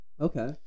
okay